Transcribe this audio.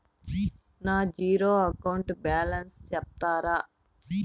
నా zero account balance సెప్తారా?